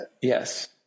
Yes